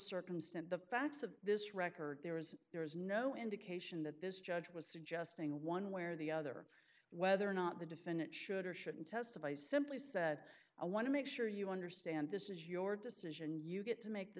circumstance the facts of this record there was there was no indication that this judge was suggesting one way or the other whether or not the defendant should or shouldn't testify simply said i want to make sure you understand this is your decision you get to make the